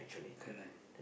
correct